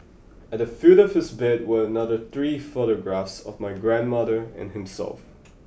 at the foot of his bed were another three photographs of my grandmother and himself